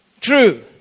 True